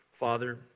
Father